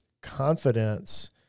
confidence